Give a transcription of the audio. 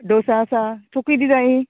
डोसा आसा तुका किदें जायी